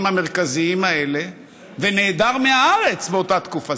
המרכזיים האלה ונעדר מהארץ באותה תקופה?